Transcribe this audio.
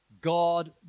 God